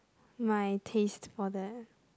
my taste for that